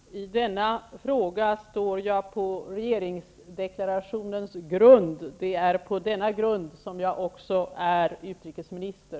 Herr talman! I denna fråga står jag på regeringsdeklarationens grund. Det är också på denna grund som jag är utrikesminister.